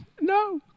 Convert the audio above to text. No